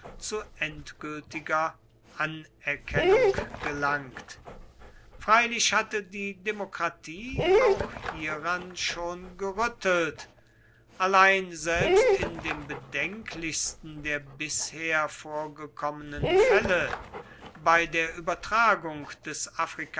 zu endgültiger anerkennung gelangt freilich hatte die demokratie auch hieran schon gerüttelt allein selbst in dem bedenklichsten der bisher vorgekommenen fälle bei der übertragung des